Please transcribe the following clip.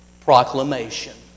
proclamation